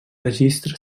registre